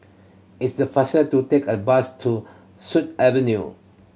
it's the faster to take a bus to Sut Avenue